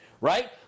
right